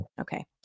Okay